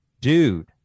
dude